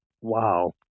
Wow